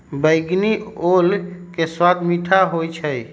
बइगनी ओल के सवाद मीठ होइ छइ